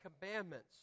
commandments